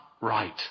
right